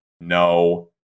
no